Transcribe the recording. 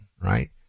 right